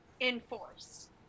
enforce